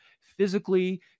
physically